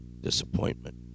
disappointment